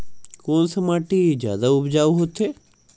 कोन से माटी जादा उपजाऊ होथे?